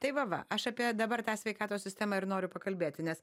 tai va va aš apie dabar tą sveikatos sistemą ir noriu pakalbėti nes